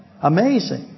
amazing